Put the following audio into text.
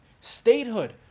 Statehood